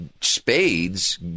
spades